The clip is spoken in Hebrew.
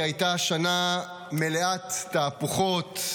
היא הייתה שנה מלאת תהפוכות,